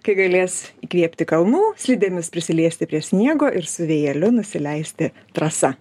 kai galės įkvėpti kalnų slidėmis prisiliesti prie sniego ir su vėjeliu nusileisti trasa